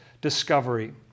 discovery